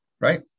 Right